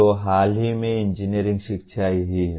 तो हाल ही में इंजीनियरिंग शिक्षा यही है